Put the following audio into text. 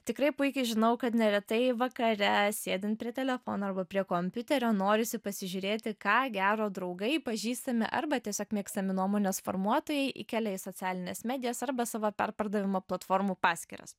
tikrai puikiai žinau kad neretai vakare sėdint prie telefono arba prie kompiuterio norisi pasižiūrėti ką gero draugai pažįstami arba tiesiog mėgstami nuomonės formuotojai įkelia į socialines medijas arba savo perpardavimo platformų paskyras